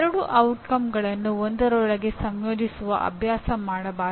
ಎರಡು ಪರಿಣಾಮಗಳನ್ನು ಒಂದರೊಳಗೆ ಸಂಯೋಜಿಸುವ ಅಭ್ಯಾಸ ಮಾಡಬಾರದು